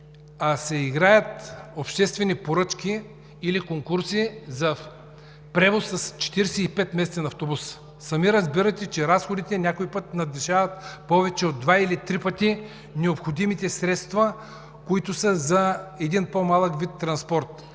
а се играят обществени поръчки или конкурси за превоз с 45-местен автобус. Сами разбирате, че разходите някой път надвишават повече от два или три пъти необходимите средства за един по-малък вид транспорт.